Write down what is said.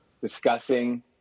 discussing